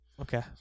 Okay